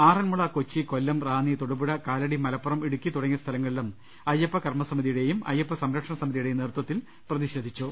Aranmula Kochi Kollam Ranni Thodupuzha Kalady Malappuram Idukki തുടങ്ങിയ സ്ഥലങ്ങളിലും അയ്യപ്പ കർമ സ മി ്തി യു ടെയും അയ്യ പ്പ സം ര ക്ഷണ സമിതിയുടെയും നേതൃത്വത്തിൽ പ്രതിഷേധിച്ചു